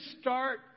start